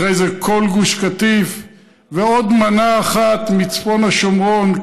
אחרי זה כל גוש קטיף ועוד מנה אחת מצפון השומרון,